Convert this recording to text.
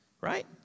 Right